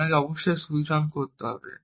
আপনাকে অবশ্যই switch on করতে হবে